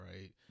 right